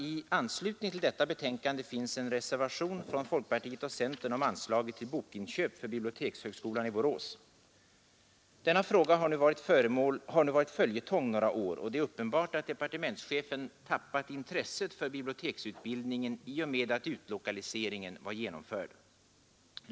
I anslutning till detta betänkande finns en reservation från folkpartiet och centern om anslaget till bokinköp för bibliotekshögskolan i Borås. Denna fråga har nu varit följetong några år, och det är uppenbart att departementschefen tappat intresset för biblioteksutbildningen i och med att utlokaliseringen var genomförd.